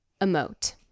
Emote